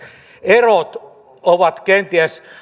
erot ovat olleet kenties